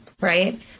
right